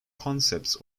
concepts